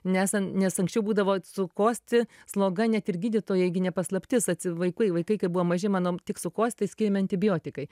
nes an nes anksčiau būdavo sukosti sloga net ir gydytojai gi ne paslaptis atsi vaikai vaikai kai buvo maži mano tik sukosti skiriami antibiotikai